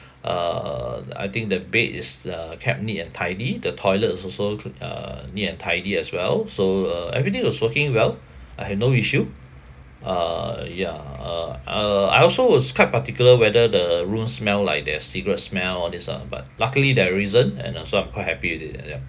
uh uh I think the bed is uh kept neat and tidy the toilet is also cl~ uh neat and tidy as well so uh everything was working well I have no issue uh yeah uh uh I also was quite particular whether the room smell like there's cigarette smell all this ah but luckily there isn't and uh so I'm quite happy with it and ya